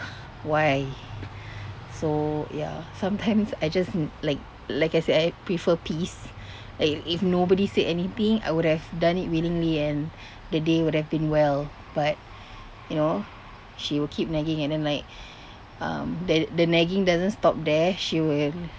why so ya sometimes I just n~ like like I said I prefer peace like if nobody said anything I would have done it willingly and the day would have been well but you know she will keep nagging and then like um the the nagging doesn't stop there she will